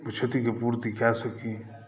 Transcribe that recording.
क्षतिके पूर्ति कए सकी